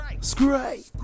scrape